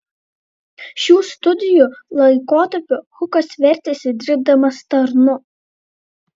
šių studijų laikotarpiu hukas vertėsi dirbdamas tarnu